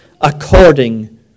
according